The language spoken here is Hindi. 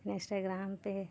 इंस्टाग्राम पे